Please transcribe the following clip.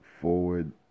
Forward